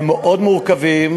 הם מאוד מורכבים,